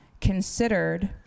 considered